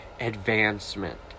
advancement